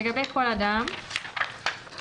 לגבי כל אדם, (א)